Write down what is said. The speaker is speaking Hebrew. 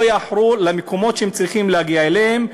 לא יאחרו למקומות שהם צריכים להגיע אליהם.